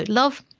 love,